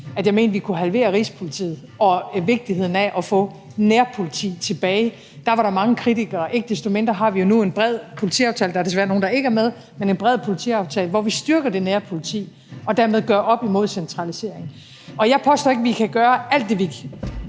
at jeg mente, at vi kunne halvere Rigspolitiet, og understregede vigtigheden af, at vi kunne få nærpolitiet tilbage, at der var mange kritikere, men ikke desto mindre har vi jo nu en bred politiaftale – der er desværre nogle, der ikke er med – hvor vi styrker det nære politi og dermed gør op med centraliseringen. Jeg påstår ikke, at vi med et fingerknips